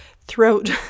throat